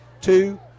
two